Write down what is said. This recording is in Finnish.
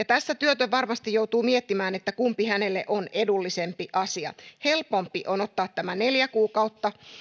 tässä työtön varmasti joutuu miettimään kumpi hänelle on edullisempi asia helpompi on ottaa tämä neljä kuukautta